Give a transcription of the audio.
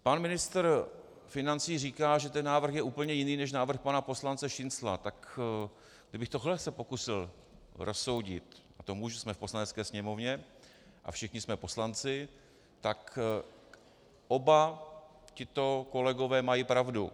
Pan ministr financí říká, že ten návrh je úplně jiný než návrh pana poslance Šincla, tak kdybych tohle se pokusil rozsoudit, a to můžu, jsme v Poslanecké sněmovně a všichni jsme poslanci, tak oba tito kolegové mají pravdu.